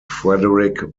frederick